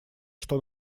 что